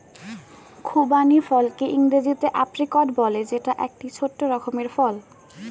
খুবানি ফলকে ইংরেজিতে এপ্রিকট বলে যেটা এক রকমের ছোট্ট ফল